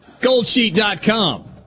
Goldsheet.com